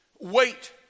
wait